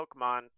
Pokemon